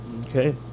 Okay